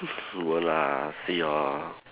won't lah see your